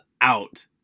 out